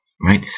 right